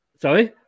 Sorry